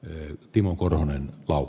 yo timo korhonen o